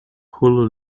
hulu